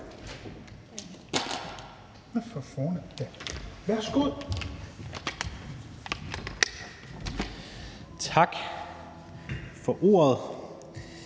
Tak for ordet.